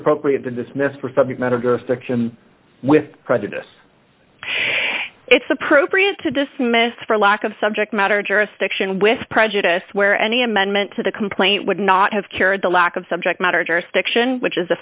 appropriate to dismiss for subject matter good fiction with prejudice it's appropriate to dismissed for lack of subject matter jurisdiction with prejudice where any amendment to the complaint would not have cured the lack of subject matter